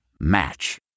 Match